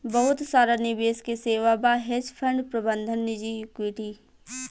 बहुत सारा निवेश के सेवा बा, हेज फंड प्रबंधन निजी इक्विटी